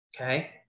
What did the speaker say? Okay